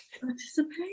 Participate